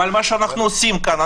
מה שאנחנו עושים כאן,